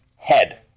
head